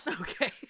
Okay